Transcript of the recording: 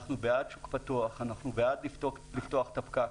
אנחנו בעד שוק פתוח, אנחנו בעד לפתוח את הפקק.